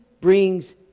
brings